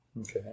Okay